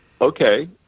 okay